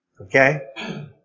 Okay